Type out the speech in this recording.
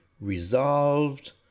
resolved